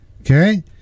okay